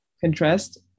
contrast